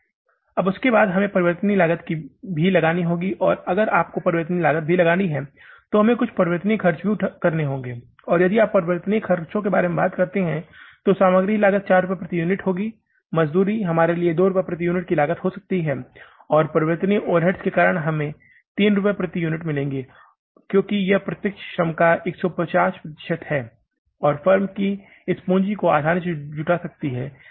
अब उसके बाद हमें परिवर्तनीय लागत भी लगानी होगी और अगर आपको परिवर्तनीय लागत भी लगानी है तो हमें कुछ परिवर्तनीय खर्च भी करने होंगे और यदि आप परिवर्तनीय ख़र्चों के बारे में बात करते हैं तो सामग्री लागत ४ रुपए प्रति यूनिट होगी मजदूरी हमारे लिए 2 रुपये प्रति यूनिट की लागत हो सकती है और परिवर्तनीय ओवरहेड्स के कारण हमें 3 रुपये प्रति यूनिट मिलेंगे क्योंकि यह प्रत्यक्ष श्रम का 150 प्रतिशत है और फर्म इस पूँजी को आसानी से जुटा सकती है